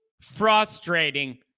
frustrating